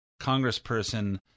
congressperson